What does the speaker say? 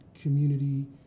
community